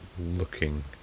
looking